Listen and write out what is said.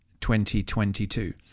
2022